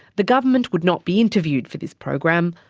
the government would not be interviewed for this program,